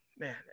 Man